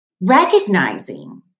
recognizing